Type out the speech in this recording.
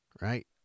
right